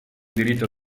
diritto